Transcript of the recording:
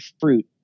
fruit